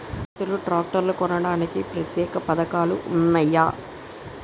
రైతులు ట్రాక్టర్లు కొనడానికి ప్రత్యేక పథకాలు ఉన్నయా?